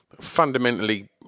fundamentally